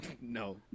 No